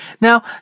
Now